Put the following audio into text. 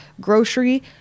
grocery